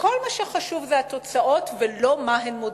וכל מה שחשוב זה התוצאות, ולא מה הן מודדות.